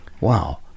Wow